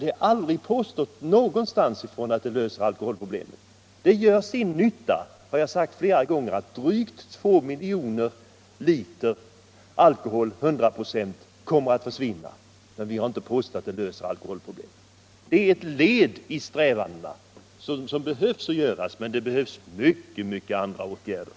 Det har aldrig påståtts någonstans att en sänkning av alkoholhalten löser alkoholproblemet. Det gör sin nytta, och det har jag sagt flera gånger, att drygt 2 miljoner liter 100-procentig alkohol kommer att försvinna, men vi har inte påstått att det löser alkoholproblemet. Det är ett nödvändigt led i strävandena, men det krävs många andra åtgärder.